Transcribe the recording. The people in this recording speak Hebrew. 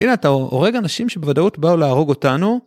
הנה אתה הורג אנשים שבוודאות באו להרוג אותנו.